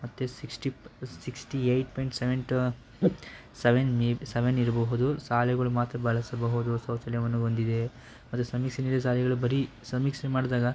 ಮತ್ತೆ ಸಿಕ್ಸ್ಟಿ ಪ್ sixty eight point seven two seven ಮಿ ಸೆವೆನ್ ಇರಬಹುದು ಶಾಲೆಗಳು ಮಾತ್ರ ಬಳಸಬಹುದು ಶೌಚಾಲಯವನ್ನು ಹೊಂದಿದೆ ಮತ್ತು ಸಮೀಕ್ಷೆಲಿ ಶಾಲೆಗಳು ಬರೀ ಸಮೀಕ್ಷೆ ಮಾಡಿದಾಗ